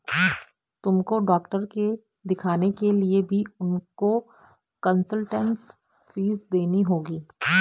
तुमको डॉक्टर के दिखाने के लिए भी उनको कंसलटेन्स फीस देनी होगी